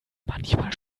manchmal